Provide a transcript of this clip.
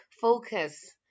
focus